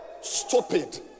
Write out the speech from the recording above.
stupid